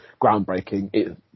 groundbreaking